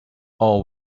all